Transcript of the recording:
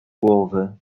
głowy